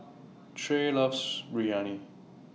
Tre loves Biryani